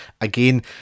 again